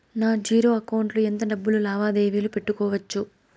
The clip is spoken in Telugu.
నా జీరో అకౌంట్ లో ఎంత డబ్బులు లావాదేవీలు పెట్టుకోవచ్చు?